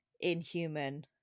inhuman